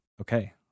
okay